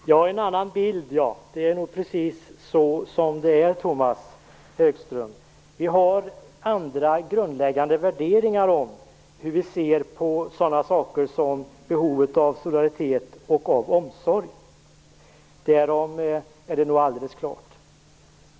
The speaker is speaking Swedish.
Herr talman! Jag har en annan bild. Det är precis som det är, att vi har andra grundläggande värderingar om sådana saker som behovet av solidaritet och omsorg. Det är alldeles klart.